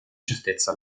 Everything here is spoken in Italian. certezza